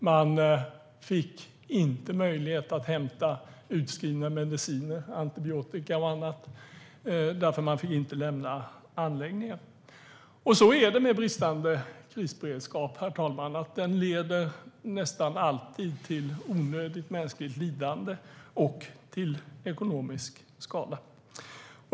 Man fick inte möjlighet att hämta utskrivna mediciner - antibiotika och annat - därför att det inte var tillåtet att lämna anläggningen. Så är det med bristande krisberedskap, herr talman, att den leder nästan alltid till onödigt mänskligt lidande och till ekonomisk skada.